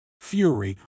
fury